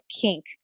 kink